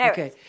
Okay